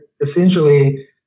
essentially